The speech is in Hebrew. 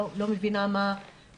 אני לא מבינה מה הנוהל.